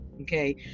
okay